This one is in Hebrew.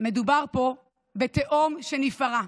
מדובר פה בתהום שנפערה,